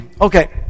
Okay